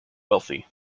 wealthy